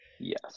Yes